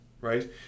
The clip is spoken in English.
Right